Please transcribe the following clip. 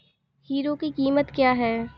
Hero की कीमत क्या है?